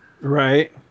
right